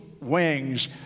wings